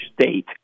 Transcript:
state